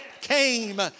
came